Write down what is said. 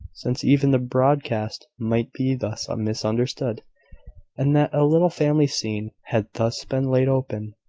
since even the broadest might be thus misunderstood and that a little family scene had thus been laid open,